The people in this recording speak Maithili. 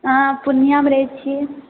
हँ पूर्णियामे रहए छिऐ